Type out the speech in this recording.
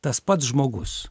tas pats žmogus